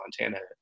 Montana